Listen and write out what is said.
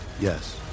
Yes